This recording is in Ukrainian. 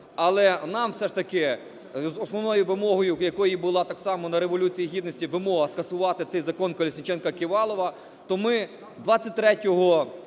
але нам все ж таки з основною вимогою, якою була так само на Революції Гідності вимога скасувати цей Закон "Колесніченка-Ківалова", то ми 23